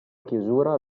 chiusura